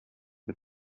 mit